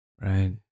Right